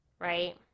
right